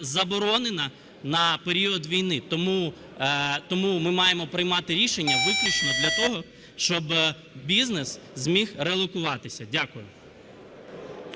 заборонена на період війни. Тому ми маємо приймати рішення виключно для того, щоб бізнес зміг релокуватися. Дякую.